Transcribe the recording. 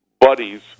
buddies